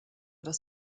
das